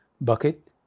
bucket